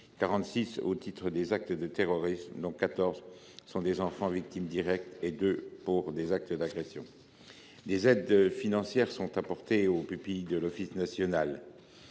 46 au titre des actes de terrorisme, dont 14 d’enfants victimes directes, et 2 pour des actes d’agression. Des aides financières sont apportées aux pupilles de la Nation